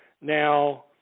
Now